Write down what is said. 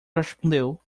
respondeu